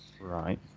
Right